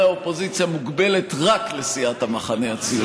האופוזיציה מוגבלת רק לסיעת המחנה הציוני.